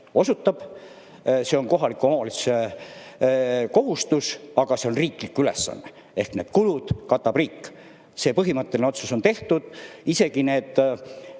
osutab. See on kohaliku omavalitsuse kohustus, aga see on riiklik ülesanne, ehk need kulud katab riik. See põhimõtteline otsus on tehtud, isegi laed